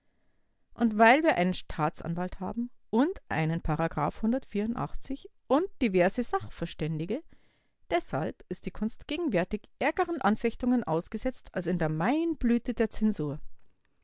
und weil wir einen staatsanwalt haben und einen und diverse sachverständige deshalb ist die kunst gegenwärtig ärgeren anfechtungen ausgesetzt als in der maienblüte der zensur